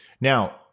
Now